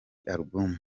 album